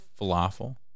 falafel